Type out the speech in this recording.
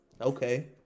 Okay